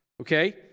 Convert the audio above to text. okay